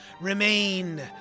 remain